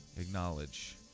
acknowledge